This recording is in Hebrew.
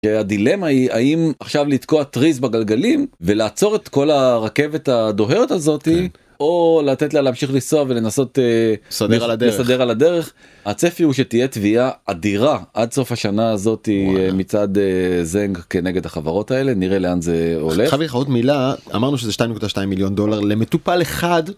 הדילמה היא האם עכשיו לתקוע טריז בגלגלים ולעצור את כל הרכבת הדוהרת הזאת או לתת לה להמשיך לנסוע ולנסות (לסדר על הדרך) לסדר על הדרך. הצפי הוא שתהיה תביעה אדירה עד סוף השנה הזאתי מצד ז'נג כנגד החברות האלה נראה לאן זה הולך, חייב'חה עוד מילה, אמרנו שזה 2.2 מיליון דולר למטופל אחד.